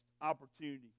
opportunity